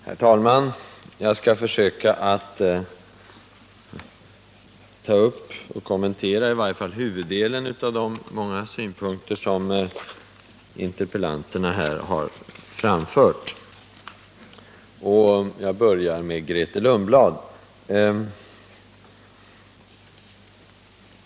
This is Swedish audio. Herr talman! Jag skall försöka kommentera i varje fall huvuddelen av de många synpunkter som interpellanterna har framfört, och jag börjar med Grethe Lundblad.